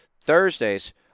Thursdays